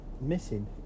missing